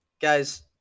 guys